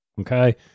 okay